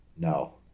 no